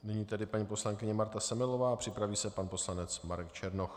Nyní tedy paní poslankyně Marta Semelová a připraví se pan poslanec Marek Černoch.